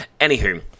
Anywho